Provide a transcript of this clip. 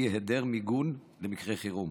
והיא היעדר מיגון למקרי חירום.